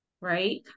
right